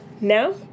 Now